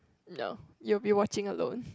no you will be watching alone